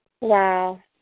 Wow